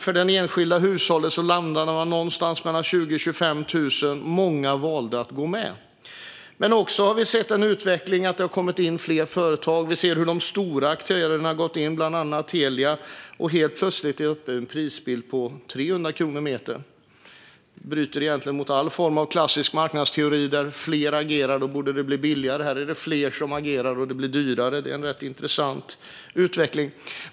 För det enskilda hushållet landade man någonstans mellan 20 000 och 25 000, och många valde att gå med. Vi har dock sett en utveckling där det har kommit in fler företag, och vi ser hur de stora aktörerna har gått in - bland annat Telia. Helt plötsligt är vi då uppe i en prisbild på 300 kronor metern. Detta bryter egentligen mot all form av klassisk marknadsteori; där fler agerar borde det bli billigare, men här är det fler som agerar och det blir dyrare. Det är en rätt intressant utveckling.